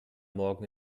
morgen